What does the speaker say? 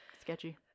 sketchy